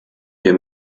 wir